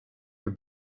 your